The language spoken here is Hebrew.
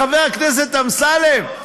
חבר הכנסת אמסלם?